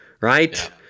right